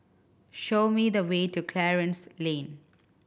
show me the way to Clarence Lane